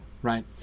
Right